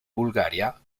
bulgaria